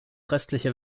restliche